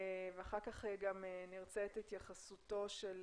ואחר כך גם נרצה את התייחסותו של